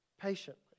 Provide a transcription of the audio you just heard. patiently